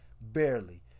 barely